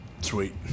Sweet